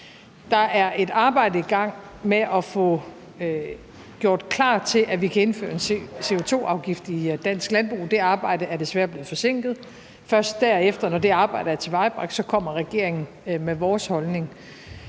Der er et arbejde i gang med at få gjort klar til, at vi kan indføre en CO2-afgift i dansk landbrug, og det arbejde er desværre blevet forsinket. Først derefter, når det arbejde er tilvejebragt, kommer vi i regeringen med vores holdning.